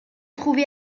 trouvé